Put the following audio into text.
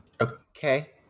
okay